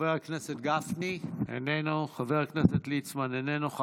חבר הכנסת גפני, איננו, חבר הכנסת ליצמן, איננו.